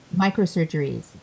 microsurgeries